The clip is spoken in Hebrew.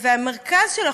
המרכז,